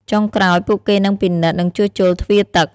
ចុងក្រោយ ពួកគេនឹងពិនិត្យ និងជួសជុលទ្វារទឹក។